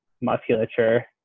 musculature